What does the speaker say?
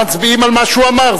מצביעים על מה שהוא אמר,